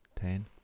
Ten